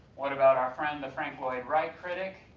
what about our friend the frank lloyd wright critic?